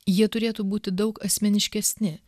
jie turėtų būti daug asmeniškesni